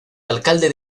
alcalde